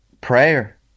prayer